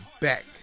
back